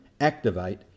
activate